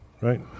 right